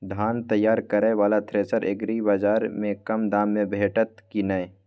धान तैयार करय वाला थ्रेसर एग्रीबाजार में कम दाम में भेटत की नय?